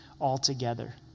altogether